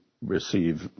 receive